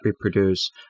reproduce